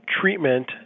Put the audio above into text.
treatment